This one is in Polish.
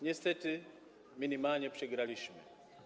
Niestety minimalnie przegraliśmy.